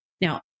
Now